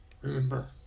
Remember